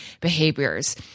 behaviors